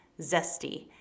zesty